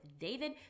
david